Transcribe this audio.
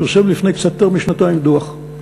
פרסם לפני קצת יותר משנתיים דוח,